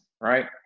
right